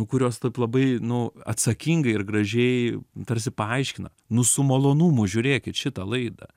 kurios taip labai nu atsakingai ir gražiai tarsi paaiškina nu su malonumu žiūrėkit šitą laidą